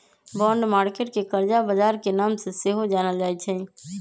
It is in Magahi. बॉन्ड मार्केट के करजा बजार के नाम से सेहो जानल जाइ छइ